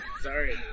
sorry